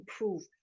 improved